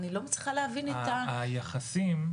היחסים,